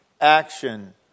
action